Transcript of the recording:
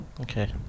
Okay